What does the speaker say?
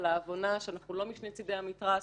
על ההבנה שאנחנו לא משני צדי המתרס,